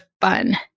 fun